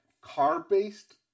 car-based